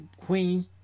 queen